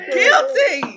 Guilty